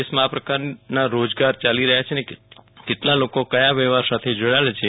દેશમાં આ પ્રકારના રોજગાર ચાલી રહ્યા છે અને કેટલા લોકો કયા વ્યવહાર સાથે જોડાયેલા છે